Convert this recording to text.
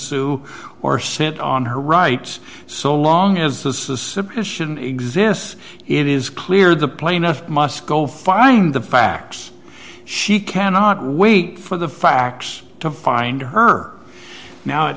sue or sit on her rights so long as the suppression exists it is clear the plaintiff must go find the facts she cannot wait for the facts to find her now it